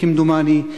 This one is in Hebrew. כמדומני,